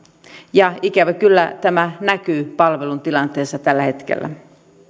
ja ikävä kyllä tämä näkyy palvelun tilanteessa tällä hetkellä